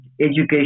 education